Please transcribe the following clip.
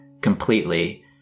completely